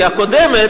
כי הקודמת,